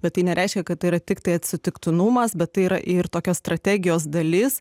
bet tai nereiškia kad tai yra tiktai atsitiktinumas bet tai yra ir tokios strategijos dalis